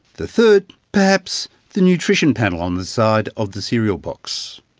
the third, perhaps the nutrition panel on the side of the cereal box.